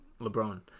LeBron